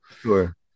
sure